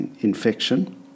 infection